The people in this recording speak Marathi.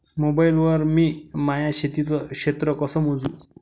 मोबाईल वर मी माया शेतीचं क्षेत्र कस मोजू?